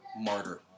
martyr